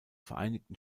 vereinigten